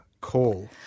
call